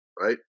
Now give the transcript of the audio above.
right